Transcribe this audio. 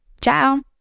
Ciao